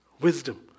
Wisdom